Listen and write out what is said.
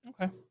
Okay